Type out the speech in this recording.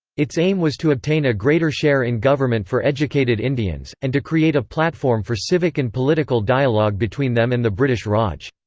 its aim was to obtain a greater share in government for educated indians, and to create a platform for civic and political dialogue between them and the british raj.